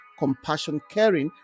CompassionCaring